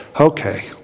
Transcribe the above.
Okay